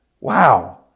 Wow